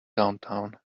downtown